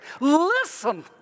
listen